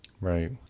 Right